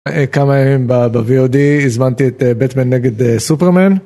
כמה ימים ב-VOD הזמנתי את בטמן נגד סופרמן